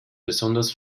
besonders